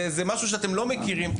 כאילו זה משהו שאתם לא מכירים.